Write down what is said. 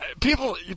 People